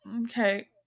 okay